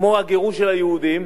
כמו הגירוש של היהודים,